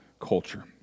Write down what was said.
culture